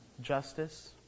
Justice